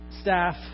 staff